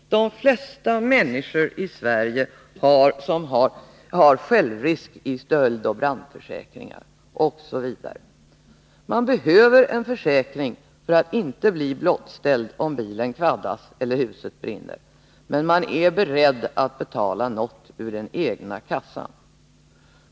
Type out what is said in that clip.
De flesta människor i Sverige har självrisk i sina stöldoch brandförsäkringar osv. Man behöver en försäkring för att inte bli blottställd om bilen kvaddas eller huset brinner, men man är beredd att betala något ur den egna kassan.